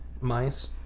mice